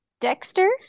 Dexter